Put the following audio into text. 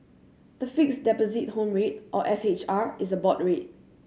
the Fixed Deposit Home Rate or F H R is a board rate